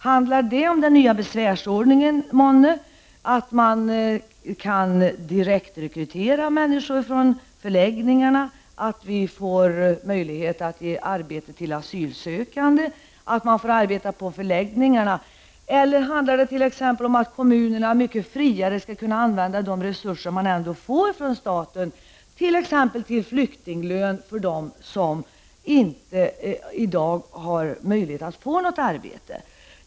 Handlar det om den nya besvärsordningen, att man kan direktrekrytera människor från förläggningarna, att vi får möjligheter att ge arbete till asylsökande och att man får arbeta på förläggningarna? Handlar det möjligen i stället om att kommunerna mycket friare skall kunna använda de resurser de ändå får från staten, t.ex. till flyktinglön för dem som inte i dag har möjlighet att få något arbete?